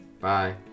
Bye